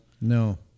No